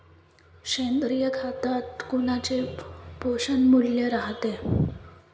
सेंद्रिय खतात कोनचे पोषनमूल्य रायते?